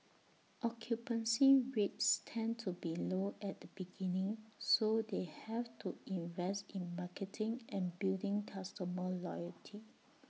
occupancy rates tend to be low at the beginning so they have to invest in marketing and building customer loyalty